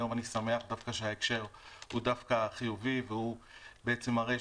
היום אני שמח שההקשר הוא דווקא חיובי והוא בעצם מראה